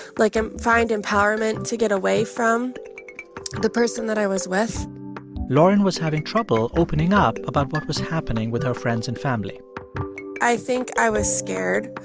like, ah find empowerment to get away from the person that i was with lauren was having trouble opening up about what was happening with her friends and family i think i was scared,